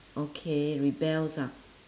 okay rebels ah